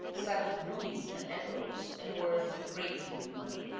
set with rubies and emeralds and worth a great deal of money.